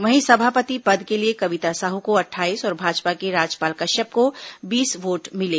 वहीं सभापति पद के लिए कविता साहू को अट्ठाईस और भाजपा के राजपाल कश्यप को बीस वोट मिले